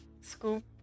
scoop